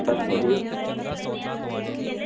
बस बधिया